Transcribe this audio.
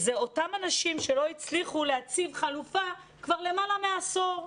זה אותם אנשים שלא הצליחו להציב חלופה כבר למעלה מעשור,